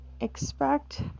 expect